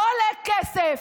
לא עולה כסף,